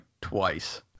twice